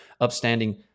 upstanding